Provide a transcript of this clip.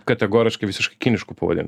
kategoriškai visiškai kinišku pavadint